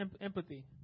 empathy